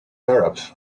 arabs